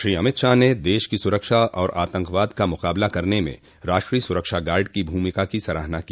श्री अमित शाह ने देश की सुरक्षा और आतंकवाद का मुकाबला करने में राष्ट्रीय सुरक्षा गार्ड को भूमिका की सराहना की